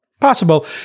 possible